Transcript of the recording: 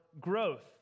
growth